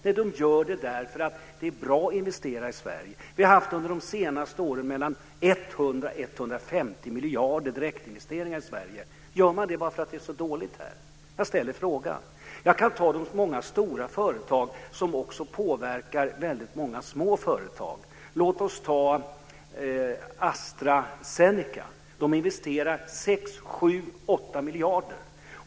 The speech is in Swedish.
Nej, de gör det därför att det är bra att investera i Sverige. Vi har under de senaste åren haft mellan 100 och 150 miljarder i direktinvesteringar i Sverige. Gör man dessa bara för att det är så dåligt här? Jag ställer frågan. Jag kan som exempel ta de många stora företag som också påverkar väldigt många små företag. Låt oss som exempel ta Astra Zeneca, som investerar 6, 7, 8 miljarder.